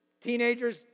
Teenagers